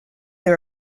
they